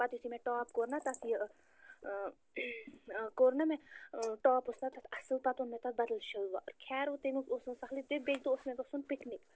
پَتہٕ یِتھُے مےٚ ٹاپ کوٚر نا تَتھ یہِ کوٚر نا مےٚ ٹاپ اوس تَتھ اَصٕل پَتہٕ اوٚن مےٚ تَتھ بَدَل شِلوار خیر تَمیُک اوس وۅنۍ سَہلٕے تہٕ بیٚیہِ دۅہ اوس مےٚ گَژھُن پِکنِک